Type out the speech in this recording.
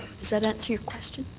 does that answer your question?